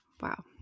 Wow